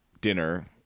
dinner